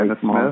Smith